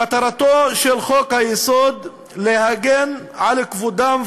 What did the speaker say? מטרתו של חוק-היסוד היא להגן על כבודם,